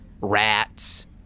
rats